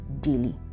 daily